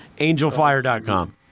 angelfire.com